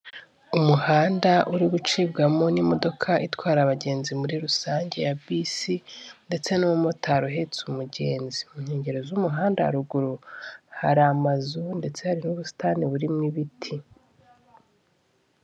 Umuhanda uri gucibwamo n'imodoka itwara abagenzi muri rusange ya bisi ndetse n'umumotari uhetse umugenzi. Mu nkengero z'umuhanda haruguru, hari amazu ndetse hari n'ubusitani burimo ibiti.